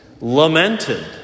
lamented